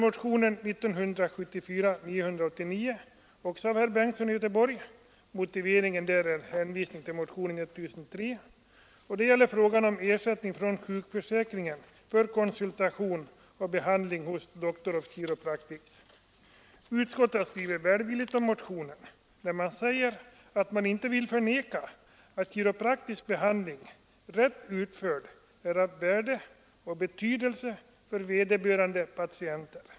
Utskottet har skrivit välvilligt om motionen och säger att man inte vill förneka att kiropraktisk behandling, rätt utförd, är av värde och betydelse för vederbörande patienter.